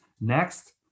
next